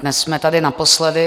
Dnes jsme tady naposledy.